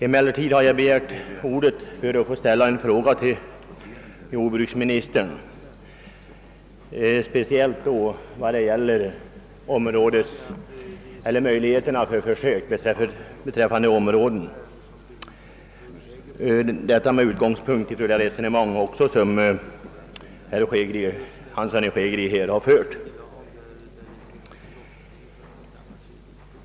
Emellertid har jag begärt ordet för att ställa en fråga till jordbruksministern beträffande möjliga områden för spe ciell försöksverksamhet — också detta med utgångspunkt i herr Hanssons resonemang.